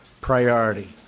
priority